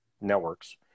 networks